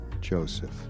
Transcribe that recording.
Joseph